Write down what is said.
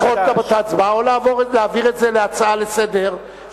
או לדחות את ההצבעה או להעביר את זה להצעה לסדר-היום,